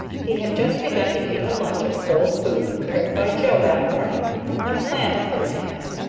he had just begun to eat a lunch of cold food prepared by joe that morning when a plan occurred to him.